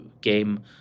game